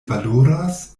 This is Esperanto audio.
valoras